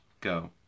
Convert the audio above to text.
go